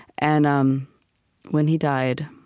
and um when he died,